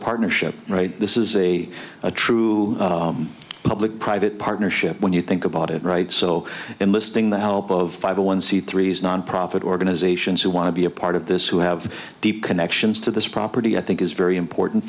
partnership right this is a true public private partnership when you think about it right so enlisting the help of the one c three is non profit organizations who want to be a part of this who have deep connections to this property i think is very important